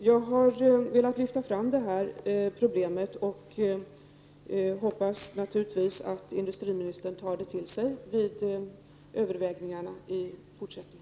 Jag har velat lyfta fram detta problem, och jag hoppas naturligtvis att industriministern tar detta till sig vid övervägningarna i fortsättningen.